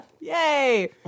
Yay